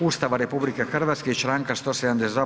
Ustava RH i Članka 172.